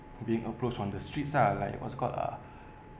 being approached on the streets lah like what's called uh